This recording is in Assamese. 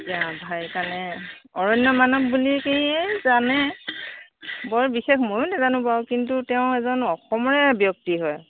সেইকাৰণে অৰণ্য মানৱ বুলিয়েই জানে বৰ বিশেষ ময়ো নাজানো বাৰু কিন্তু তেওঁ এজন অসমৰে ব্যক্তি হয়